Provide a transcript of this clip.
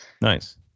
Nice